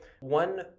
One